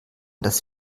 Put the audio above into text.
das